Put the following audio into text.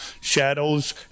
shadows